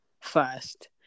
first